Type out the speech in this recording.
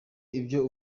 ibyo